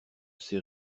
ses